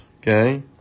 Okay